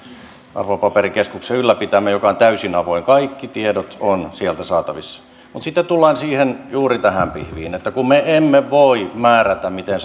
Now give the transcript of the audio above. arvopaperikeskuksen ylläpitämä arvo osuustilijärjestelmä joka on täysin avoin kaikki tiedot ovat sieltä saatavissa mutta sitten tullaan juuri tähän pihviin että kun me emme voi määrätä miten